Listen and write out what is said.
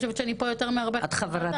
אני חושבת שאני פה יותר מהרבה חברות ועדה.